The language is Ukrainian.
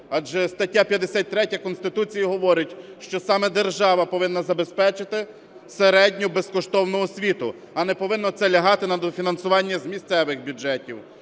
Адже стаття 53 Конституції говорить, що саме держава повинна забезпечити середню безкоштовну освіту, а не повинно це лягати на дофінансування з місцевих бюджетів.